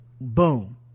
boom